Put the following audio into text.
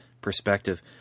perspective